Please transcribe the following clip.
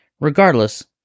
regardless